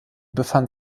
befand